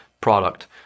product